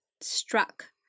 struck